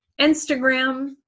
Instagram